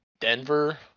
Denver